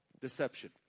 deception